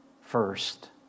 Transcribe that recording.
first